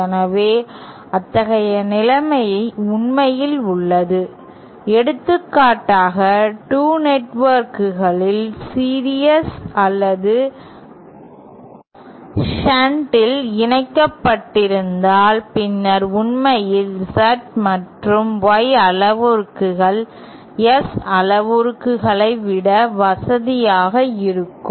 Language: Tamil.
எனவே அத்தகைய நிலைமை உண்மையில் உள்ளது எடுத்துக்காட்டாக 2 நெட்வொர்க்குகள் சீரியஸ் அல்லது ஷண்டில் இணைக்கப்பட்டிருந்தால் பின்னர் உண்மையில் Z மற்றும் Y அளவுருக்கள் S அளவுருக்களை விட வசதியாக இருக்கும்